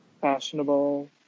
fashionable